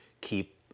keep